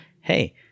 hey